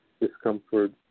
discomfort